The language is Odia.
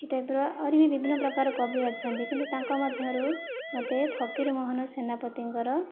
ଏହି ଟାଇପ୍ର ଆହୁରିବି ବିଭିନ୍ନପ୍ରକାର କବି ଅଛନ୍ତି କିନ୍ତୁ ତାଙ୍କ ମଧ୍ୟରୁ ମୋତେ ଫକିର ମୋହନ ସେନାପତିଙ୍କର